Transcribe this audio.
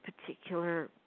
particular